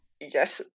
Yes